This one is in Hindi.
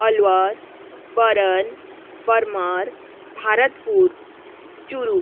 अलवर बरन बरमार भरतपुर चूरु